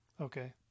okay